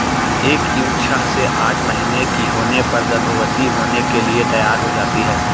एक ईव छह से आठ महीने की होने पर गर्भवती होने के लिए तैयार हो जाती है